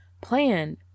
plan